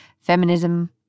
feminism